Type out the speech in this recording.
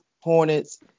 Hornets